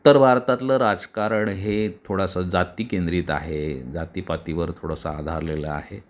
उत्तर भारतातलं राजकारण हे थोडंसं जातीकेंद्रित आहे जातीपातीवर थोडंसं आधारलेलं आहे